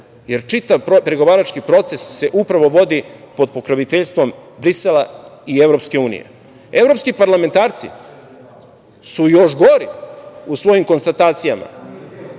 jer čitav pregovarački proces se upravo vodi pod pokroviteljstvom Brisela i EU.Evropski parlamentarci su još gori u svojim konstatacijama,